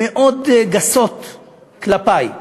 מאוד גסות כלפי,